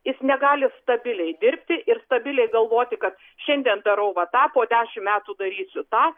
jis negali stabiliai dirbti ir stabiliai galvoti kad šiandien darau va tą po dešimt metų darysiu tą